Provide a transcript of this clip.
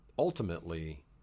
ultimately